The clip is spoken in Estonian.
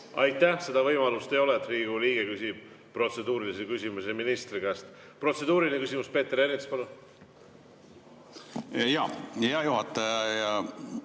Aitäh! Seda võimalust ei ole, et Riigikogu liige küsib protseduurilise küsimuse ministri käest. Protseduuriline küsimus, Peeter Ernits, palun! Aitäh! Seda